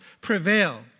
prevail